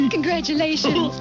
Congratulations